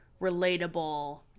relatable